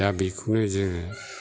दा बेखौनो जोङो